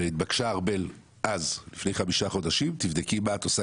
התבקשה ארבל אז לפני 5 חודשים לבדוק מה היא עושה